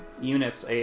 Eunice